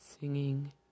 singing